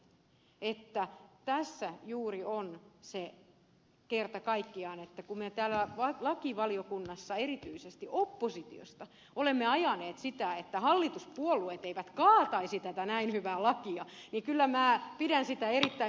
heinoselle että tässä juuri on se kerta kaikkiaan että kun me täällä lakivaliokunnassa erityisesti oppositiosta olemme ajaneet sitä että hallituspuolueet eivät kaataisi tätä näin hyvää lakia niin kyllä minä pidän sitä erittäin merkittävänä että voi sanoa me